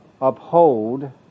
uphold